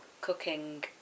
cooking